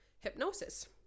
hypnosis